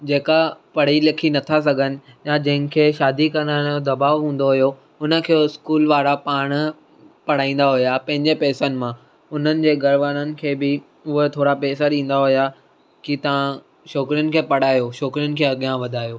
जेका पढ़ी लिखी नथा सघनि या जंहिंखे शादी करण जो दबावु हूंदो हुओ हुनखे स्कूल वारा पाण पढ़ाईंदा हुआ पंहिंजे पैसनि मां हुननि जे घर वारनि खे बि हूअ थोरा पैसा ॾींदा हुआ की तव्हां छोकिरिनि खे पढ़ायो छोकिरिनि खे अॻियां वधायो